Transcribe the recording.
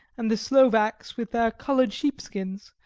and the slovaks with their coloured, sheepskins,